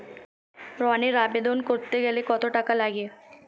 ঋণের আবেদন করতে গেলে কত টাকা লাগে?